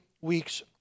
weeks